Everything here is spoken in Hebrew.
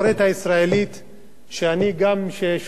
אני גם שומע הרבה פעמים,